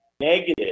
negative